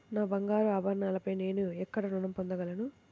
నా బంగారు ఆభరణాలపై నేను ఎక్కడ రుణం పొందగలను?